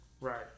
Right